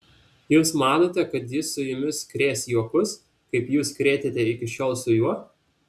jūs manote kad jis su jumis krės juokus kaip jūs krėtėte iki šiol su juo